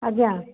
ଆଜ୍ଞା